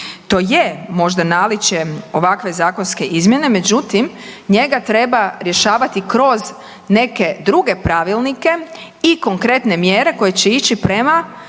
To je možda naličje ovakve zakonske izmjene, međutim njega treba rješavati kroz neke druge pravilnike i konkretne mjere koje će ići prema